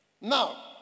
Now